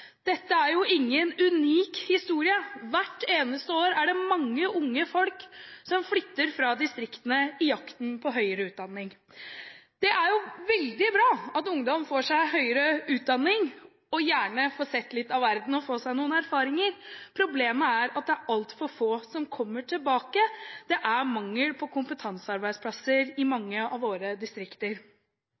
Dette er ingen unik historie. Hvert eneste år er det mange unge folk som flytter fra distriktene i jakten på høyere utdanning. Det er veldig bra at ungdom får seg høyere utdanning, og gjerne får sett litt av verden og får seg noen erfaringer. Problemet er at det er altfor få som kommer tilbake. Det er mangel på kompetansearbeidsplasser i mange av våre distrikter.